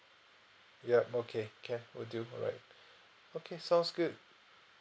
ya okay can will do alright okay sounds good